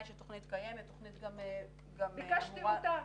בוודאי שהתכנית קיימת --- ביקשתי אותה.